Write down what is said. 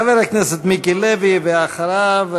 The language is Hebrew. חבר הכנסת מיקי לוי, ואחריו,